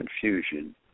confusion